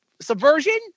subversion